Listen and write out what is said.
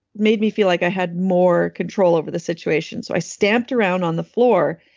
made me feel like i had more control over the situation. so, i stamped around on the floor,